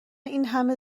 اینهمه